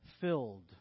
filled